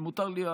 אם מותר לי,